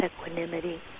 equanimity